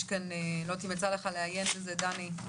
לא יודעת אם יצא לך לעיין בזה, דני,